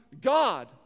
God